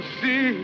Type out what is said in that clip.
see